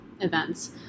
events